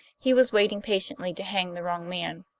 he was waiting patiently to hang the wrong man.